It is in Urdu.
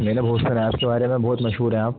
میں نے بہت سنا ہے آپ کے بارے میں بہت مشہور ہے آپ